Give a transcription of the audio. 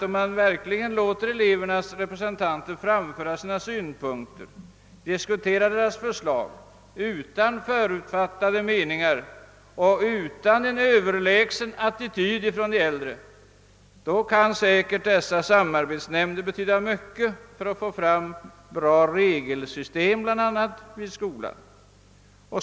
Om man verkligen låter elevernas representanter framföra sina synpunkter, diskuterar deras förslag utan förutfattade meningar och utan att inta en överlägsen attityd, då kan säkerligen dessa samarbetsnämnder betyda mycket för att få fram bl.a. bra regelsystem i skolan.